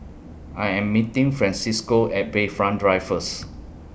I Am meeting Francesco At Bayfront Drive First